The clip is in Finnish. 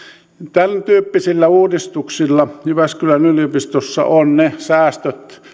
tämäntyyppisillä uudistuksilla jyväskylän yliopistossa on saatu